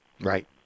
Right